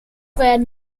werden